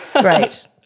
great